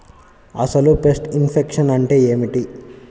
అసలు pest infection అంటే ఏమిటి?